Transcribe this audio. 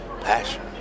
Passion